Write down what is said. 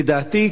לדעתי,